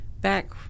back